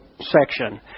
section